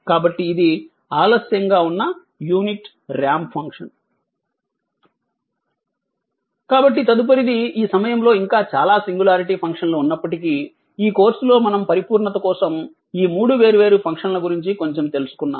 కాబట్టి ఇది ఆలస్యంగా ఉన్న యూనిట్ రాంప్ ఫంక్షన్ కాబట్టి తదుపరిది ఈ సమయంలో ఇంకా చాలా సింగులారిటీ ఫంక్షన్లు ఉన్నప్పటికీ ఈ కోర్సులో మనం పరిపూర్ణత కోసం ఈ మూడు వేర్వేరు ఫంక్షన్ల గురించి కొంచెం తెలుసుకున్నాము